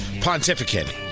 pontificate